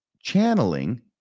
channeling